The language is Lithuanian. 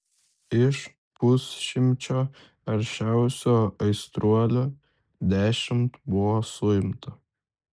iš pusšimčio aršiausių aistruolių dešimt buvo suimta